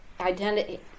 identity